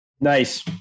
Nice